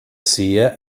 sehe